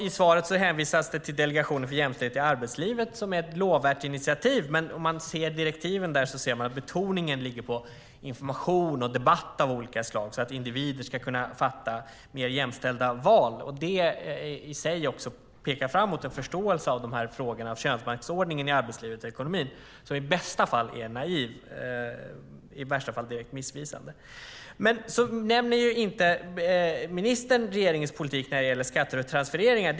I svaret hänvisas till Delegation för jämställdhet i arbetslivet, som är ett lovvärt initiativ. Men om vi tittar på direktiven ser vi att betoningen ligger på information och debatt av olika slag så att individer kan göra mer jämställda val. Det pekar mot en förståelse för frågorna om könsmaktsordningen i arbetslivet och ekonomin som i bästa fall är naiv och i värsta fall direkt missvisande. Ministern nämner inte regeringens politik när det gäller skatter och transfereringar.